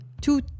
Two